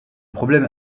problème